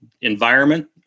environment